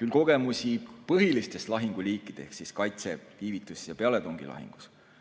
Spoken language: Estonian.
küll kogemusi põhilistes lahinguliikides ehk siis kaitse-, viivitus- ja pealetungilahingus.